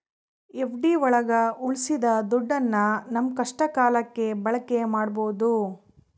FD ಒಳಗ ಉಳ್ಸಿದ ದುಡ್ಡನ್ನ ನಮ್ ಕಷ್ಟ ಕಾಲಕ್ಕೆ ಬಳಕೆ ಮಾಡ್ಬೋದು